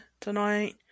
tonight